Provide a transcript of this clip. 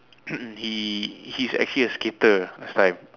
he he's actually a skater last time